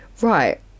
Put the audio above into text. Right